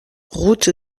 route